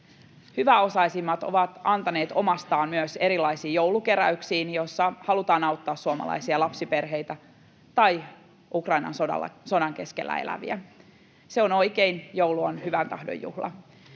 hyväosaisimmat ovat antaneet omastaan myös erilaisiin joulukeräyksiin, joissa halutaan auttaa suomalaisia lapsiperheitä tai Ukrainan sodan keskellä eläviä. Se on oikein — joulu on hyvän tahdon juhla.